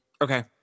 okay